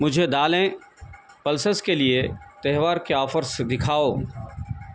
مجھے دالیں پلسس کے لیے تہوار کے آفرز دکھاؤ